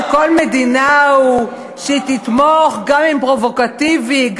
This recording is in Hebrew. של כל מדינה הוא שהיא תתמוך גם אם זה פרובוקטיבי.